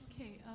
Okay